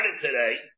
today